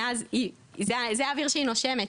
זה האוויר שהיא נושמת.